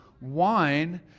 wine